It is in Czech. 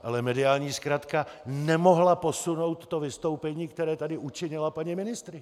Ale mediální zkratka nemohla posunout vystoupení, které tu učinila paní ministryně.